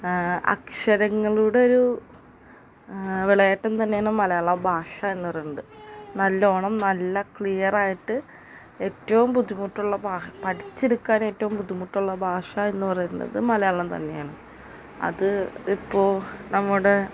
അക്ഷരങ്ങളുടെ ഒരു വിളയാട്ടം തന്നെയാണ് മലയാള ഭാഷ എന്ന് പറയുന്നത് നല്ലോണം നല്ല ക്ലിയറായിട്ട് ഏറ്റവും ബുദ്ധിമുട്ടുള്ള വാഹ് പഠിച്ചെടുക്കാൻ ഏറ്റവും ബുദ്ധിമുട്ടുള്ള ഭാഷ എന്ന് പറയുന്നതും മലയാളം തന്നെയാണ് അത് അത് ഇപ്പോൾ നമ്മുടെ